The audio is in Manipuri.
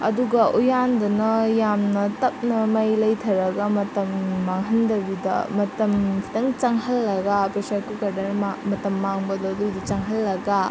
ꯑꯗꯨꯒ ꯎꯌꯥꯟꯗꯅ ꯌꯥꯝꯅ ꯇꯞꯅ ꯃꯩ ꯂꯩꯊꯔꯒ ꯃꯇꯝ ꯃꯥꯡꯍꯟꯗꯕꯤꯗ ꯃꯇꯝ ꯈꯤꯇꯪ ꯆꯪꯍꯜꯂꯒ ꯄ꯭ꯔꯦꯁꯔ ꯀꯨꯀꯔꯗꯅ ꯃꯇꯝ ꯃꯥꯡꯕꯗꯣ ꯑꯗꯨꯒꯤ ꯆꯪꯍꯜꯂꯒ